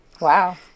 Wow